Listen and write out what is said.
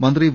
മന്ത്രി വി